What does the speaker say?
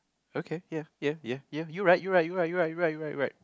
ya okay ya ya ya you right you right you right you right you right you right